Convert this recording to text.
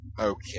Okay